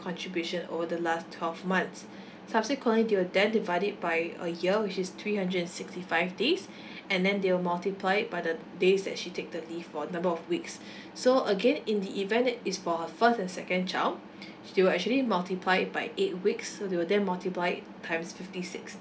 contribution over the last twelve months subsequently they will then divide it by a year which is three hundred and sixty five days and then they will multiply it by the days that she take the leave for the number of weeks so again in the event that is for her first and second child they will actually multiply it by eight weeks so they will then multiply it times fifty six